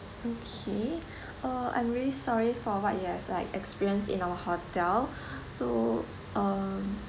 okay uh I'm really sorry for what you have like experience in our hotel so um